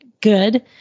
good